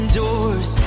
doors